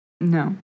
No